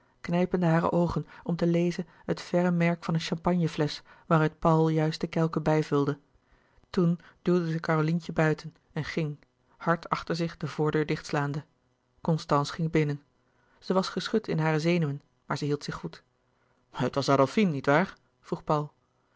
knijpende hare oogen om te lezen het verre merk van een champagne flesch waaruit paul juist de kelken bijvulde toen duwde zij carolientje buiten en ging hard achter zich de voordeur dichtslaande constance ging binnen zij was geschud in hare zenuwen maar zij hield zich goed het was adolfine niet waar vroeg paul